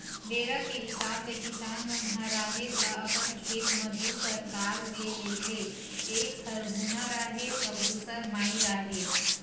बेरा के हिसाब ले किसान मन ह राहेर ल अपन खेत म दू परकार ले लेथे एक हरहुना राहेर अउ दूसर माई राहेर